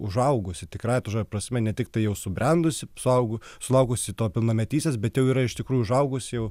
užaugusi tikrąja ta žodžio prasme ne tik tai jau subrendusi suaugu sulaukusi pilnametystės bet jau yra iš tikrųjų užaugus jau